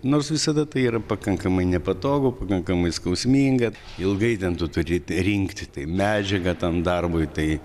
nors visada tai yra pakankamai nepatogu pakankamai skausminga ilgai ten tu turi rinkti medžiagą tam darbui tai